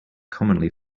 commonly